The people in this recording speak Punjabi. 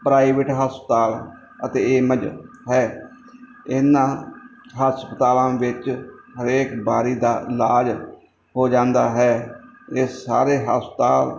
ਪ੍ਰਾਈਵੇਟ ਹਸਪਤਾਲ ਅਤੇ ਏਮਜ਼ ਹੈ ਇਹਨਾਂ ਹਸਪਤਾਲਾਂ ਵਿੱਚ ਹਰੇਕ ਬਾਰੀ ਦਾ ਇਲਾਜ ਹੋ ਜਾਂਦਾ ਹੈ ਇਹ ਸਾਰੇ ਹਸਪਤਾਲ